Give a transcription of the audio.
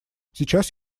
сейчас